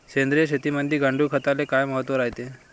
सेंद्रिय शेतीमंदी गांडूळखताले काय महत्त्व रायते?